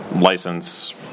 license